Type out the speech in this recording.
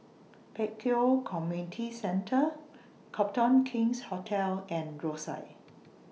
Pek Kio Community Centre Copthorne King's Hotel and Rosyth